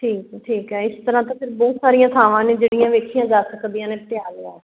ਠੀਕ ਆ ਠੀਕ ਆ ਇਸ ਤਰ੍ਹਾਂ ਤਾਂ ਫਿਰ ਬਹੁਤ ਸਾਰੀਆਂ ਥਾਵਾਂ ਨੇ ਜਿਹੜੀਆਂ ਵੇਖੀਆਂ ਜਾ ਸਕਦੀਆਂ ਨੇ ਪਟਿਆਲੇ ਆ ਕੇ